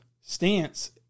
Stance